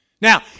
Now